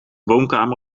woonkamer